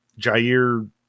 Jair